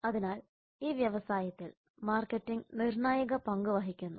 അതിനാൽ ഈ വ്യവസായത്തിൽ മാർക്കറ്റിംഗ് നിർണായക പങ്ക് വഹിക്കുന്നു